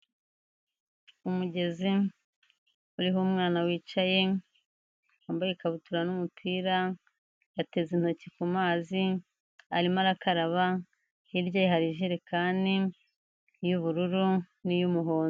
Umugezi uriho umwana wicaye, wambaye ikabutura n'umupira, yateze intoki ku mazi arimo arakaraba, hirya ye hari ijerekani y'ubururu n'iy'umuhondo.